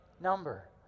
Number